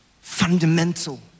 Fundamental